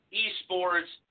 eSports